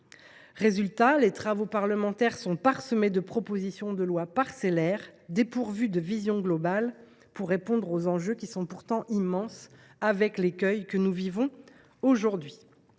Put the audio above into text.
Résultat, les travaux parlementaires sont parsemés de propositions de loi parcellaires, dépourvues de vision globale pour répondre aux enjeux, pourtant immenses – avec l’écueil que nous vivons aujourd’hui.